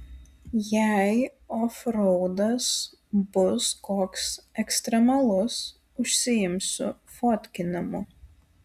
jei ofraudas bus koks ekstremalus užsiimsiu fotkinimu